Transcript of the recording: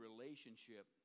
relationship